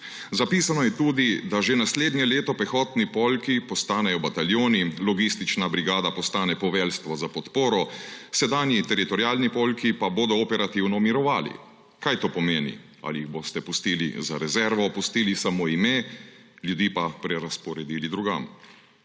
Zapisano je tudi, da že naslednje leto pehotni polki postanejo bataljoni, logistična brigada postane poveljstvo za podporo, sedanji teritorialni polki pa bodo operativno mirovali. Kaj to pomeni? Ali jih boste pustili za rezervo, pustili samo ime, ljudi pa prerazporedili drugam?